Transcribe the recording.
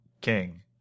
king